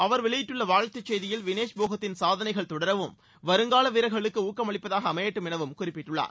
அவர் வெளியிட்டுள்ள வாழ்த்துச் செய்தியில் வினேஷ் போகத்தின் சாதனைகள் தொடரவும் வருங்கால வீரர்களுக்கு ஊக்கமளிப்பதாக அமையட்டும் எனவும குறிப்பிட்டுள்ளார்